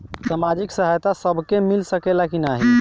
सामाजिक सहायता सबके मिल सकेला की नाहीं?